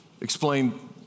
explain